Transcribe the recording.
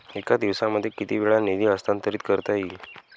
एका दिवसामध्ये किती वेळा निधी हस्तांतरीत करता येईल?